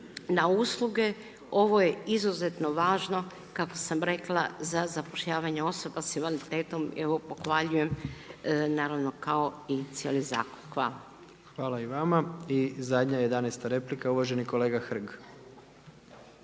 na usluge. Ovo je izuzetno važno kako sam rekla za zapošljavanje osoba s invaliditetom, evo pohvaljujem naravno kao i cijeli zakon. Hvala. **Jandroković, Gordan (HDZ)** Hvala i vama. I zadnja 11. replika uvaženi kolega Hrg.